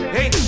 Hey